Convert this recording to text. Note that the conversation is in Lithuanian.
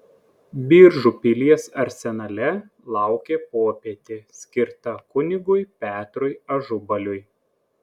biržų pilies arsenale laukė popietė skirta kunigui petrui ažubaliui